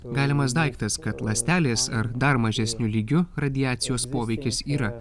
galimas daiktas kad ląstelės ar dar mažesniu lygiu radiacijos poveikis yra